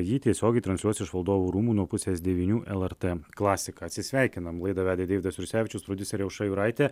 jį tiesiogiai transliuos iš valdovų rūmų nuo pusės devynių lrt klasika atsisveikinam laidą vedė deividas jursevičius prodiuserė aušra juraitė